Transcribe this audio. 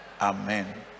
amen